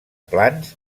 plans